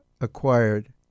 acquired